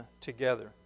together